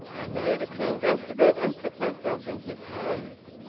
i made a clean breast of it, and put myself in his hands.